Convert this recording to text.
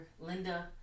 Linda